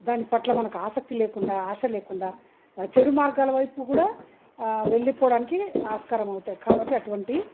దానిపట్ల మనకు ఆసక్తి లేకుండా ఆశ లేకుండా చెడు మార్గాల వైపు కూడా ఆ వెళ్ళిపోవడానికి ఆస్కారం అవుతాయి కాబట్టి అటువంటి